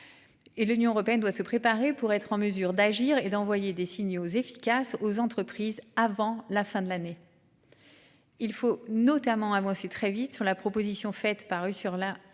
Et l'Union européenne doit se préparer pour être en mesure d'agir et d'envoyer des signaux efficace aux entreprises avant la fin de l'année.-- Il faut notamment avancé très vite sur la proposition faite paru sur la